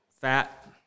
fat